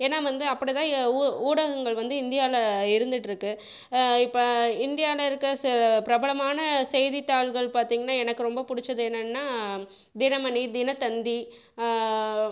ஏன்னா வந்து அப்படி தான் ஊ ஊடகங்கள் வந்து இந்தியாவில் இருந்துட்டுருக்கு இப்போ இந்தியாவில் இருக்க சில பிரபலமான செய்தித்தாள்கள் பார்த்தீங்கன்னா எனக்கு ரொம்ப பிடிச்சது என்னென்னா தினமணி தினத்தந்தி